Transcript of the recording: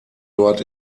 dort